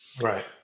Right